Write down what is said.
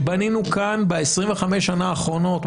שבנינו כאן ב-25 השנה האחרונות,